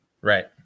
right